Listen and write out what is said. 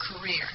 career